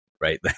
right